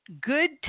good